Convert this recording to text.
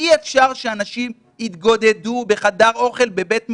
אי אפשר שאנשים יתגודדו בחדר אוכל בבית מלון,